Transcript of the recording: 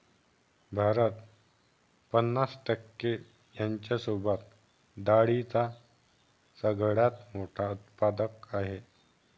भारत पन्नास टक्के यांसोबत डाळींचा सगळ्यात मोठा उत्पादक आहे